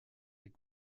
est